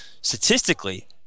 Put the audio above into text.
statistically